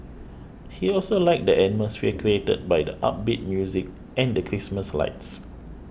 he also liked the atmosphere created by the upbeat music and the Christmas lights